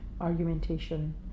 argumentation